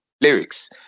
lyrics